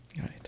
right